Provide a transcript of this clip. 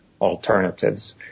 alternatives